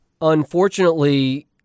Unfortunately